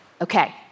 Okay